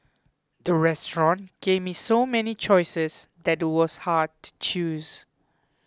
the restaurant gave me so many choices that it was hard to choose